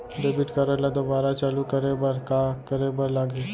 Debit card ला दोबारा चालू करे बर का करे बर लागही?